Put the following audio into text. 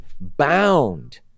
bound